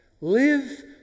Live